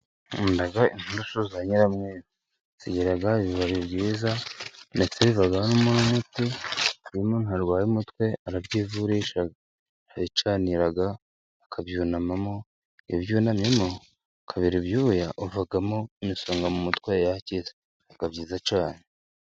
Nkunda inturusu za nyiramwezi. Zigira ibibabi byiza, ndetse bivamo umuti. Iyo umuntu yarwaye umutwe arabyivurisha. Arabicanira, akabyunamamo. Iyo ubyunamyemo, ukabira ibyuya ,uvamo imisonga mu mutwe yakize. Biba byiza cyane.